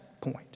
point